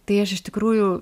tai aš iš tikrųjų